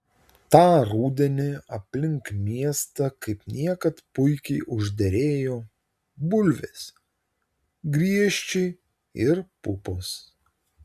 tą rudenį aplink miestą kaip niekad puikiai užderėjo bulvės griežčiai ir pupos